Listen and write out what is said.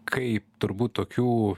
kaip turbūt tokių